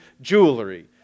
jewelry